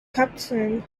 captain